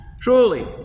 truly